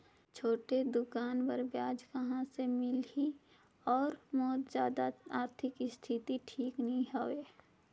छोटे दुकान बर ब्याज कहा से मिल ही और मोर जादा आरथिक स्थिति ठीक नी हवे?